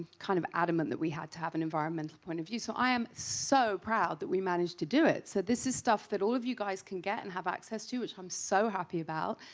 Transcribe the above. kind of adamant that we had to have an environmental point of view. so i'm so proud that we managed to do it. so this is stuff that all of you guys can get and have access to, which i'm so happy about.